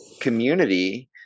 community